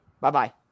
Bye-bye